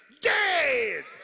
dead